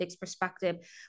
perspective